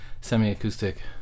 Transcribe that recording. semi-acoustic